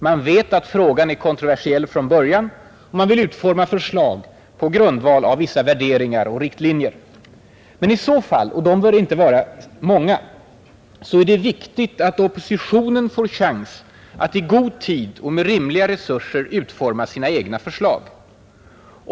Man vet att frågan är kontroversiell från början, och man vill utforma förslag på grundval av vissa värderingar och riktlinjer. Men i så fall — och de bör inte vara många — är det viktigt att oppositionen får chans att i god tid och med rimliga resurser utforma sina egna förslag.